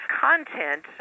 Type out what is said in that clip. content